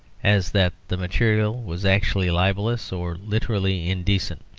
as that the material was actually libellous or literally indecent.